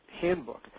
Handbook